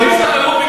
מצד אחד אתם,